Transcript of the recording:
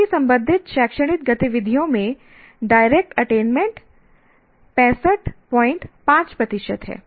सभी संबंधित शैक्षणिक गतिविधियों में डायरेक्ट अटेनमेंट 655 प्रतिशत है